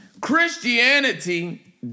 christianity